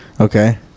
Okay